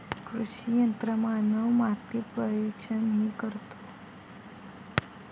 कृषी यंत्रमानव माती परीक्षणही करतो